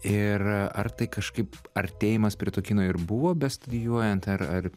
ir ar tai kažkaip artėjimas prie to kino ir buvo bestudijuojant ar ar